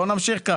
בוא נמשיך כך.